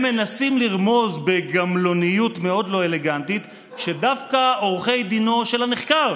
הם מנסים לרמוז בגמלוניות מאוד לא אלגנטית שדווקא עורכי דינו של הנחקר,